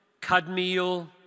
Kadmiel